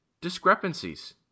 discrepancies